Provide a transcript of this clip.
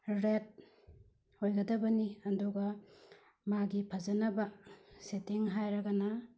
rate ꯑꯣꯏꯒꯗꯕꯅꯤ ꯑꯗꯨꯒ ꯃꯥꯒꯤ ꯐꯖꯅꯕ ꯁꯦꯠꯇꯤꯡ ꯍꯥꯏꯔꯒꯅ